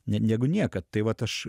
ne negu niekad tai vat aš